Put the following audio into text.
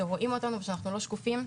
שרואים אותנו ושאנחנו לא שקופים.